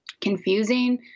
confusing